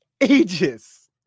ages